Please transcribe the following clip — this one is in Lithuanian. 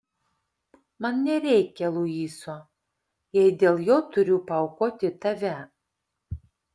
man nereikia luiso jei dėl jo turiu paaukoti tave